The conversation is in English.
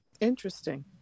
Interesting